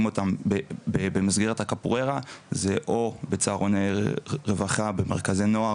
אותם במסגרת הקפוארה זה או בצהרוני רווחה במרכזי נוער,